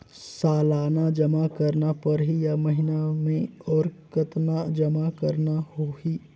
सालाना जमा करना परही या महीना मे और कतना जमा करना होहि?